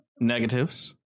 Negatives